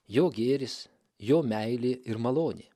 jo gėris jo meilė ir malonė